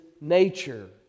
nature